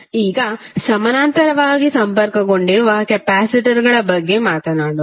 ಈಗ ಸಮಾನಾಂತರವಾಗಿ ಸಂಪರ್ಕಗೊಂಡಿರುವ ಕೆಪಾಸಿಟರ್ಗಳ ಬಗ್ಗೆ ಮಾತನಾಡೋಣ